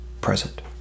present